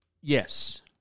Yes